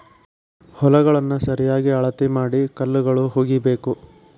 ಹೊಲಗಳನ್ನಾ ಸರಿಯಾಗಿ ಅಳತಿ ಮಾಡಿ ಕಲ್ಲುಗಳು ಹುಗಿಬೇಕು